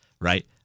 right